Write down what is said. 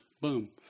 boom